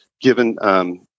given